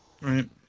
Right